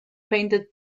painted